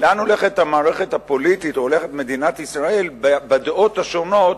לאן הולכת המערכת הפוליטית או הולכת מדינת ישראל בדעות השונות